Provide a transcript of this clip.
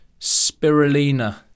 spirulina